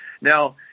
now